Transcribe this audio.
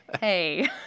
Hey